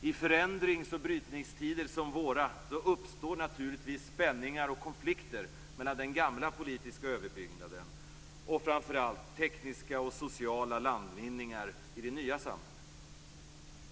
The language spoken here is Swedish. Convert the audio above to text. I förändrings och brytningstider som våra uppstår naturligtvis spänningar och konflikter mellan den gamla politiska överbyggnaden och framför allt tekniska och sociala landvinningar i det nya samhället.